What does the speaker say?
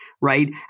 right